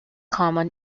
common